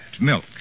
milk